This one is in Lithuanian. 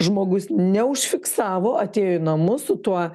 žmogus neužfiksavo atėjo į namus su tuo